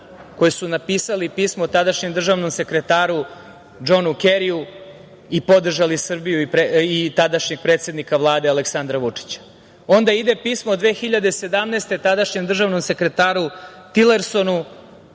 koji su napisali pismo tadašnjem državnom sekretaru, Džonu Keriju i podržali Srbiju i tadašnjeg predsednika Vlade Aleksandra Vučića. Onda ide pismo 2017. godine, tadašnjem državnom sekretaru, Tilersonu,